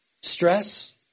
stress